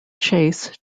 chase